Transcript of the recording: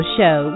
Show